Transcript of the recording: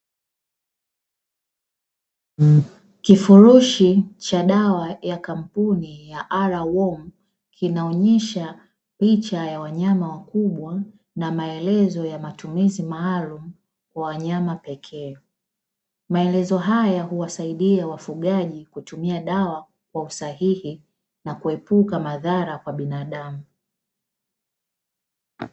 Kifurushi cha dawa ya kampuni ya "R worm" kinaonyesha picha ya wanyama wakubwa na maelezo ya matumizi maalumu kwa wanyama pekee, maelezo haya huwasaidia wafugaji kutumia dawa kwa usahihi na kuepuka madhara kwa binadamu.